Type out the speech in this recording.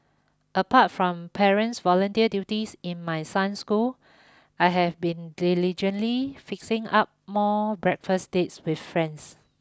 apart from parents volunteer duties in my son's school I have been diligently fixing up more breakfast dates with friends